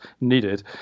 needed